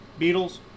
Beatles